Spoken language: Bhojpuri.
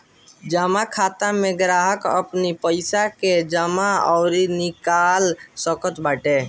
जमा खाता में ग्राहक अपनी पईसा के जमा अउरी निकाल सकत बाटे